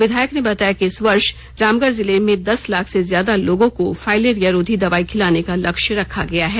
विधायक ने बताया कि इस वर्ष रामगढ़ जिले में दस लाख से ज्यादा लोगों को फाईलेरियो रोधी दवाई खिलाने का लक्ष्य रखा गया है